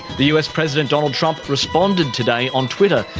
the us president donald trump responded today on twitter,